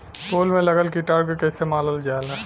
फूल में लगल कीटाणु के कैसे मारल जाला?